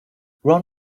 ron